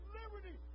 liberty